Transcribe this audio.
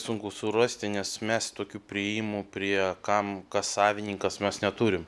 sunku surasti nes mes tokių priėjimų prie kam kas savininkas mes neturim